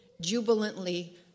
jubilantly